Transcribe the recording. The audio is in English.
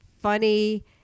funny